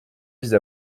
vise